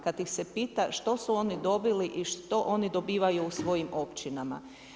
Kada ih se pita što su oni dobili i što oni dobivaju u svojim općinama.